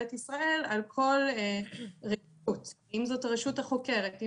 ישראל על כל --- אם זו הרשות החוקרת,